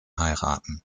heiraten